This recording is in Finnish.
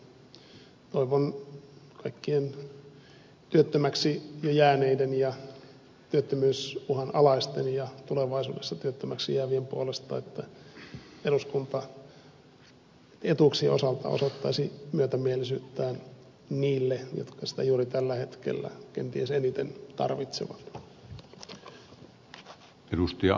toivon kaikkien työttömäksi jo jääneiden ja työttömyysuhan alaisten ja tulevaisuudessa työttömäksi jäävien puolesta että eduskunta etuuksien osalta osoittaisi myötämielisyyttään niille jotka sitä juuri tällä hetkellä kenties eniten tarvitsevat